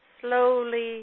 slowly